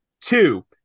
Two